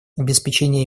обеспечение